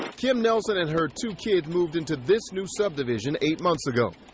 kim nelson and her two kids moved into this new subdivision eight months ago.